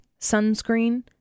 sunscreen